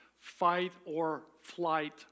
fight-or-flight